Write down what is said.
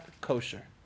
kosher